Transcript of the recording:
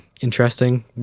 interesting